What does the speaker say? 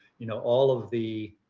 you know, all of the